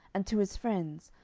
and to his friends,